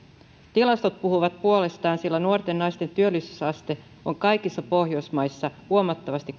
tilastot puhuvat puolestaan sillä nuorten naisten työllisyysaste on kaikissa pohjoismaissa huomattavasti